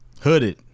Hooded